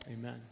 Amen